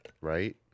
right